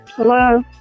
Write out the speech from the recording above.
Hello